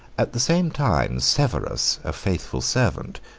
at the same time, severus, a faithful servant,